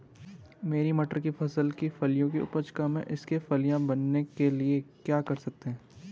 मेरी मटर की फसल की फलियों की उपज कम है इसके फलियां बनने के लिए क्या कर सकते हैं?